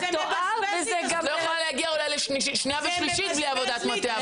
את לא יכולה להגיע אולי לשנייה ושלישית בלי עבודת מטה,